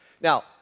now